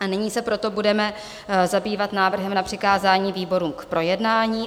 Nyní se proto budeme zabývat návrhem na přikázání výborům k projednání.